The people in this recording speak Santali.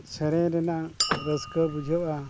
ᱥᱮᱨᱮᱧ ᱨᱮᱱᱟᱜ ᱨᱟᱹᱥᱠᱟᱹ ᱵᱩᱡᱷᱟᱹᱜᱼᱟ